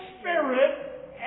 spirit